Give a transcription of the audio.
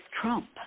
Trump